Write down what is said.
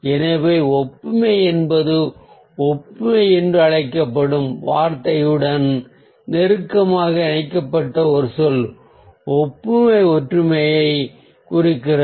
எனவே ஒப்புமை என்பது செயலொற்றுமை என்று அழைக்கப்படும் வார்த்தையுடன் நெருக்கமாக இணைக்கப்பட்ட ஒரு சொல் ஒப்புமை ஒற்றுமையைக் குறிக்கிறது